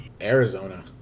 Arizona